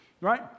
Right